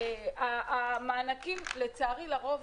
המענקים לצערי לרוב,